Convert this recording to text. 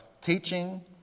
teaching